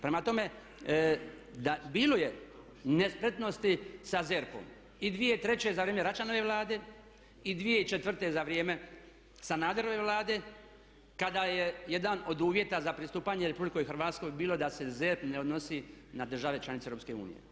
Prema tome, da bilo je nespretnosti sa ZERP-om i 2003.za vrijeme Račanove Vlade i 2004. za vrijeme Sanaderove Vlade kada je jedan od uvjeta za pristupanje RH bilo da se ZERP ne odnosi na države članice EU.